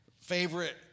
favorite